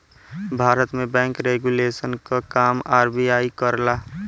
भारत में bank regulation क काम आर.बी.आई करला